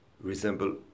resemble